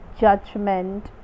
judgment